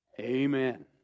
Amen